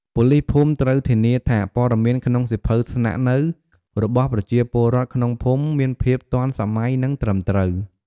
ប៉ូលីសភូមិត្រូវ ធានាថាព័ត៌មានក្នុងសៀវភៅស្នាក់នៅរបស់ប្រជាពលរដ្ឋក្នុងភូមិមានភាពទាន់សម័យ និងត្រឹមត្រូវ។